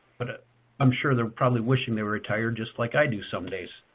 but i'm sure they're probably wishing they were retired, just like i do some days.